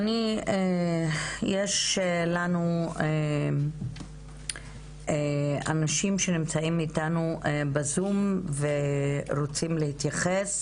יש לנו אנשים שנמצאים איתנו בזום ורוצים להתייחס,